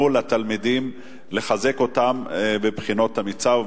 לתלמידים כדי לחזק אותם בבחינות המיצ"ב.